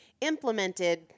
implemented